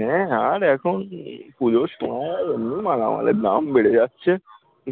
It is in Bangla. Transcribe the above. হ্যাঁ আর এখন এই পুজোর সময় অন্য মালা মালের দাম বেড়ে যাচ্ছে